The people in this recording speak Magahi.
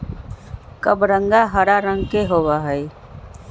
कबरंगा हरा रंग के होबा हई